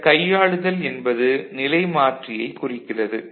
இந்த கையாளுதல் என்பது நிலைமாற்றியைக் குறிக்கிறது